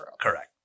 Correct